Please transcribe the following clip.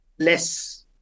less